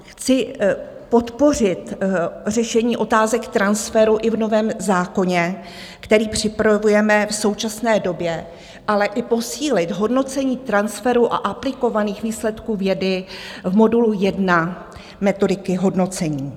Chci podpořit řešení otázek transferu i v novém zákoně, který připravujeme v současné době, ale i posílit hodnocení transferu a aplikovaných výsledků vědy v modulu 1 metodiky hodnocení.